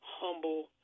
humble